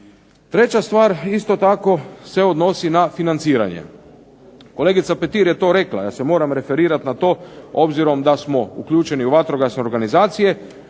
Treća stvar, isto tako se odnosi na financiranje. Kolegica Petir je to rekla, ja se moram referirati na to obzirom da smo uključeni u vatrogasne organizacije.